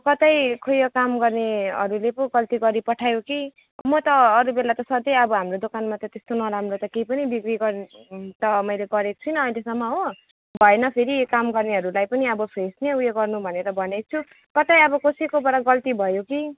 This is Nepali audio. अब कतै खै काम गर्नेहरूले पो गल्ती गरिपठायो कि म त अरू बेला त सधैँ अब हाम्रो दोकानमा त त्यस्तो नराम्रो त केही पनि बिक्री गरेको त मैले गरेको त छैन अहिलेसम्म हो भएन फेरि काम गर्नेहरूलाई पनि अब फ्रेस नै उयो गर्नु भनेर भनेको छु कतै अब कसैकोबाट गल्ती भयो कि